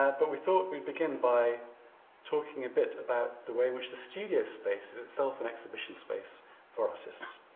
ah but we thought we'd begin by talking a bit about the way which the studio space is itself an exhibition space for artists.